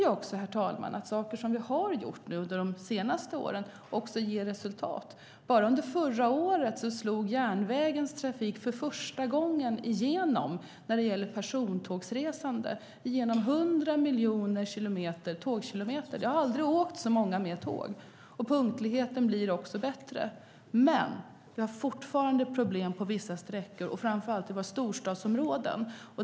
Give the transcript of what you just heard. Vi ser att saker som vi har gjort under de senaste åren också ger resultat. Bara under förra året slog järnvägens trafik för första gången igenom när det gäller persontågsresande, med 100 miljoner kilometer med tåg. Aldrig tidigare har så många åkt tåg. Punktligheten blir också bättre. Men vi har fortfarande problem på vissa sträckor, och framför allt i våra storstadsområden.